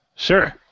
Sure